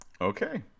Okay